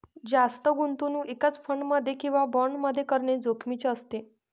जास्त गुंतवणूक एकाच फंड मध्ये किंवा बॉण्ड मध्ये करणे जोखिमीचे असते